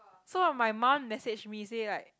so my mum message me say like